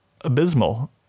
abysmal